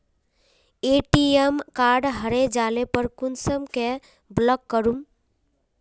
ATM card हरे जाले पर कुंसम के ब्लॉक करूम?